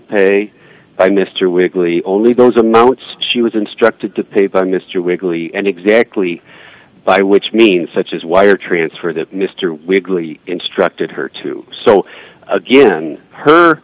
pay by mr weekley only those amounts she was instructed to pay by mr whately and exactly by which means such as wire transfer that mr weirdly instructed her to so again her